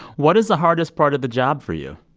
what is the hardest part of the job for you?